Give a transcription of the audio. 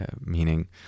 meaning